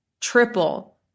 triple